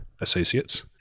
associates